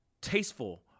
tasteful